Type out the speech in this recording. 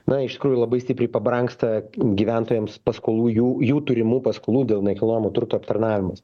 na iš tikrųjų labai stipriai pabrangsta gyventojams paskolų jų jų turimų paskolų dėl nekilnojamo turto aptarnavimas